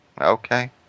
okay